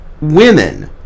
women